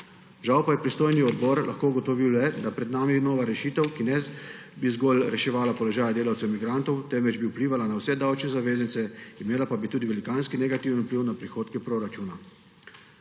Žal pa je pristojni odbor lahko ugotovil le, da je pred nami nova rešitev, ki ne bi zgolj reševala položaja delavcev migrantov, temveč bi vplivala na vse davčne zavezance, imela pa bi tudi velikanski negativen vpliv na prihodke proračuna.